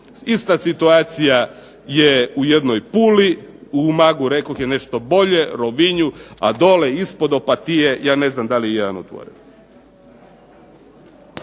Ista situacija je u jednoj Puli, u Umagu rekoh je nešto bolje, Rovinju, a dolje ispod Opatije ja ne znam da li je jedan otvoren.